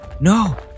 no